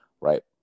right